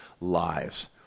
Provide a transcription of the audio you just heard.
lives